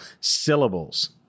Syllables